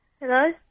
Hello